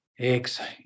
exhale